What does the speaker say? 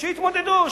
שיתמודדו.